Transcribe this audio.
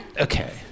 Okay